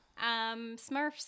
Smurfs